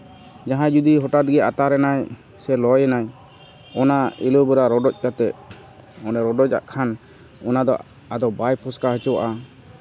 ᱡᱟᱦᱟᱸᱭ ᱡᱩᱫᱤ ᱦᱚᱴᱟᱛ ᱜᱮ ᱟᱛᱟᱨ ᱮᱱᱟᱭ ᱥᱮ ᱞᱚᱼᱭᱮᱱᱟᱭ ᱚᱱᱟ ᱮᱞᱳᱵᱮᱨᱟ ᱨᱚᱰᱚᱡ ᱠᱟᱛᱮᱫ ᱚᱸᱰᱮ ᱨᱚᱰᱚᱡᱟᱜ ᱠᱷᱟᱱ ᱚᱱᱟᱫᱚ ᱟᱫᱚ ᱵᱟᱭ ᱯᱷᱚᱥᱠᱟᱣ ᱦᱚᱪᱚᱣᱟᱜᱼᱟ